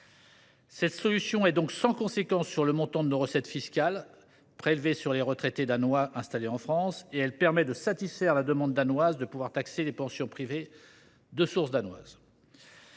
Cette solution est donc sans conséquence sur le montant de nos recettes fiscales prélevées sur les retraités danois installés en France et elle permet de satisfaire la demande danoise de taxer les pensions privées de source danoise.